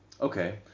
okay